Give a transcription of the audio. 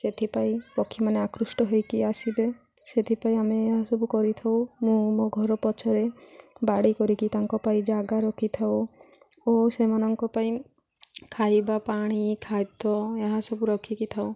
ସେଥିପାଇଁ ପକ୍ଷୀମାନେ ଆକୃଷ୍ଟ ହେଇକି ଆସିବେ ସେଥିପାଇଁ ଆମେ ଏହାସବୁ କରିଥାଉ ମୁଁ ମୋ ଘର ପଛରେ ବାଡ଼ି କରିକି ତାଙ୍କ ପାଇଁ ଜାଗା ରଖିଥାଉ ଓ ସେମାନଙ୍କ ପାଇଁ ଖାଇବା ପାଣି ଖାଦ୍ୟ ଏହାସବୁ ରଖିକି ଥାଉ